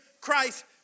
Christ